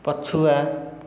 ପଛୁଆ